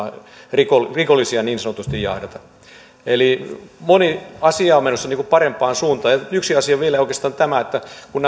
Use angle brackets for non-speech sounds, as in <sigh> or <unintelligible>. rikollisia rikollisia niin sanotusti jahdata moni asia on menossa parempaan suuntaan yksi asia vielä oikeastaan kun <unintelligible>